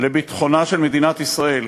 לביטחונה של מדינת ישראל.